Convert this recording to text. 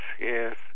yes